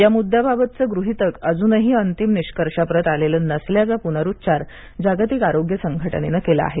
या मुद्द्याबाबत गृहीतक अजूनही अंतिम निष्कर्षाप्रत आलेलं नसल्याचा पुनरुच्चार जागतिक आरोग्य संघटनेने केला आहे